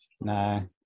No